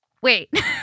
Wait